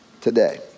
today